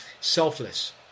selfless